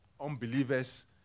unbelievers